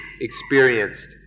experienced